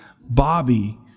Bobby